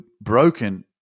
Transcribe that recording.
broken